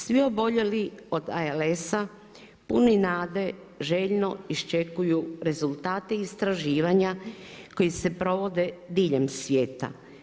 Svi oboljeli od ALS-a puni nade željno iščekuju rezultate istraživanja koji se provode diljem svijeta.